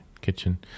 kitchen